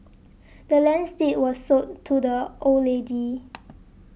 the land's deed was sold to the old lady